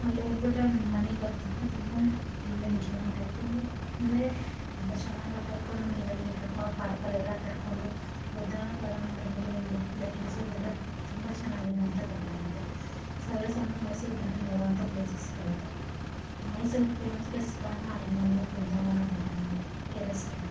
ಅಲ್ಲಿ ಹೋಗ್ಬಿಟ್ರೆ ಮನೆಗೆ ಬರೋ ತನಕ ತುಂಬ ಮಕ್ಕಳೆಲ್ಲ ಎಂಜಾಯ್ಮೆಂಟ್ ಹಾಗೆ ತುಂಬ ಅಂದರೆ ತುಂಬ ಚೆನ್ನಾಗಿ ಆಟಾಡಿಕೊಂಡು ನೀರಲ್ಲೆಲ್ಲ ಆಟಾಡಿಕೊಂಡು ಪಾರ್ಕಲ್ಲೆಲ್ಲ ಆಟಾಡಿಕೊಂಡು ಬೃಂದಾವನ ಗಾರ್ಡನ್ ಅಂದರೆ ನೀರಿಂದು ಲೈಟಿಂಗ್ಸ್ ಅದೆಲ್ಲ ತುಂಬ ಚೆನ್ನಾಗಿರೋಂಥ ಗಾರ್ಡನ್ ಅದು ಸರ್ವೇಸಾಮಾನ್ಯ ಮೈಸೂರ್ಗೆ ಬಂದರೆ ನೋಡುವಂಥ ಪ್ಲೇಸಸ್ಗಳದ್ದು ಮೈಸೂರು ಫೇಮಸ್ ಪ್ಲೇಸಸ್ಗಳೆಂದ್ರೆ ಅರಮನೆ Brindavan garden K R S dam